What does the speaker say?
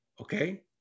okay